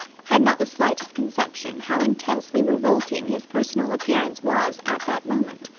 had not the slightest conception how intensely revolting his personal appearance was at that moment.